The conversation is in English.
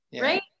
right